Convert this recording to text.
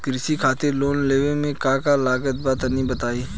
कृषि खातिर लोन लेवे मे का का लागत बा तनि बताईं?